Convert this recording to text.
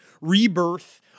rebirth